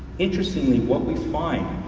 interestingly, what we find,